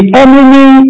enemy